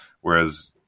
whereas